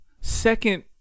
second